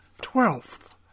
twelfth